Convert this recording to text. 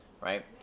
right